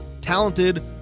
Talented